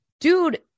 dude